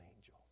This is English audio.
angel